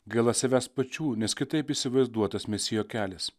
gaila savęs pačių nes kitaip įsivaizduotas mesijo kelias